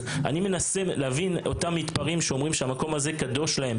אני מנסה להבין את אותם מתפרעים שאומרים שהמקום הזה קדוש להם.